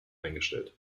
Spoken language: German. eingestellt